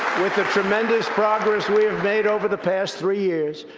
with the tremendous progress we have made over the past three years,